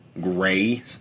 gray